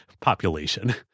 population